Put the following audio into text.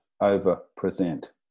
over-present